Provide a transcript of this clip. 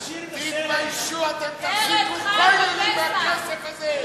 תתביישו, אתם תחזיקו כוללים בכסף הזה.